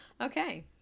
Okay